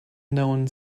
known